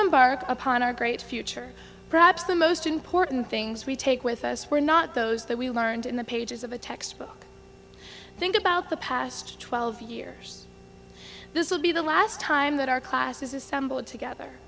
embark upon our great future perhaps the most important things we take with us were not those that we learned in the pages of a textbook think about the past twelve years this will be the last time that our classes assembled together